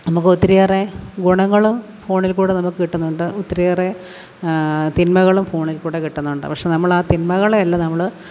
നമുക്ക് ഒത്തിരിയേറെ ഗുണങ്ങൾ ഫോണിൽ കൂടെ നമുക്ക് കിട്ടുന്നുണ്ട് ഒത്തിരിയേറെ തിന്മകളും ഫോണിൽ കൂടെ കിട്ടുന്നുണ്ട് പക്ഷേ നമ്മൾ ആ തിന്മകളെ അല്ല നമ്മൾ